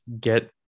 get